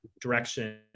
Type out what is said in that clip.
direction